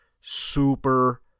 super